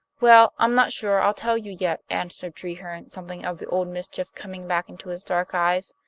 well, i'm not sure i'll tell you yet, answered treherne, something of the old mischief coming back into his dark eyes.